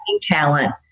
talent